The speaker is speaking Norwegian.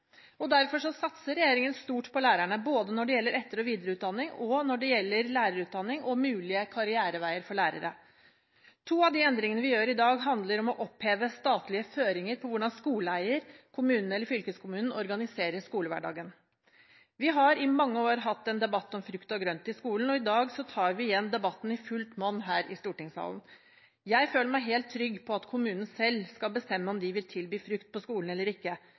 læreren. Derfor satser regjeringen stort på lærerne, både når det gjelder etter- og videreutdanning og når det gjelder lærerutdanning og mulige karriereveier for lærere. To av de endringene vi gjør i dag, handler om å oppheve statlige føringer på hvordan skoleeier – kommunen eller fylkeskommunen – organiserer skolehverdagen. Vi har i mange år hatt en debatt om frukt og grønt i skolen, og i dag tar vi igjen debatten i fullt monn her i stortingssalen. Jeg føler meg helt trygg på at kommunene selv skal bestemme om de vil tilby frukt på skolen eller ikke.